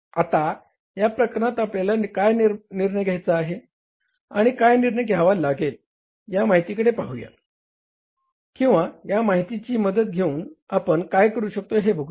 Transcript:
आता या प्रकरणात आपल्याला काय निर्णय घ्यायचा आहे आणि काय निर्णय घ्यावा लागेल या माहितीकडे पाहूया किंवा या माहितीची मदत घेऊन आपण काय करू शकतो हे बघूया